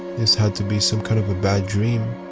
this had to be some kind of ah bad dream.